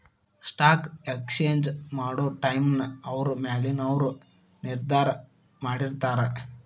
stock exchange ಮಾಡೊ ಟೈಮ್ನ ಅವ್ರ ಮ್ಯಾಲಿನವರು ನಿರ್ಧಾರ ಮಾಡಿರ್ತಾರ